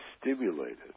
stimulated